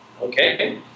Okay